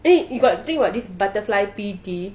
eh you got drink [what] this butterfly pea tea